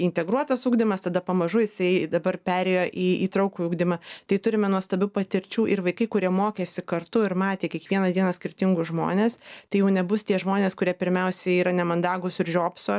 integruotas ugdymas tada pamažu jisai dabar perėjo į įtraukųjį ugdymą tai turime nuostabių patirčių ir vaikai kurie mokėsi kartu ir matė kiekvieną dieną skirtingus žmones tai jau nebus tie žmonės kurie pirmiausiai yra nemandagūs ir žiopso